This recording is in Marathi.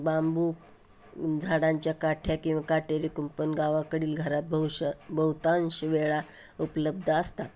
बांबू झाडांच्या काठ्या किंवा काटेरी कुंपण गावाकडील घरात बहुशा बहुतांशी वेळा उपलब्ध असतात